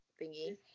thingy